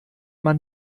man